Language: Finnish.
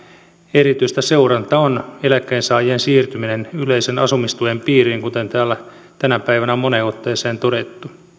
erityistä seurantaa on eläkkeensaajien siirtyminen yleisen asumistuen piiriin kuten täällä tänä päivänä on moneen otteeseen todettu